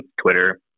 Twitter